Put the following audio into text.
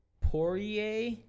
Poirier